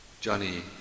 Johnny